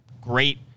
great